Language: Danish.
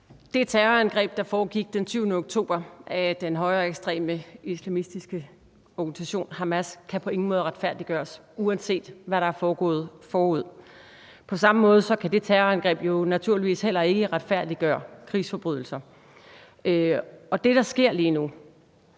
Det terrorangreb, der foregik den 7. oktober, begået af den højreekstreme, islamistiske organisation Hamas, kan på ingen måde retfærdiggøres, uanset hvad der er foregået forud. På samme måde kan det terrorangreb jo naturligvis heller ikke retfærdiggøre krigsforbrydelser. Og det, der sker lige nu,